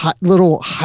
little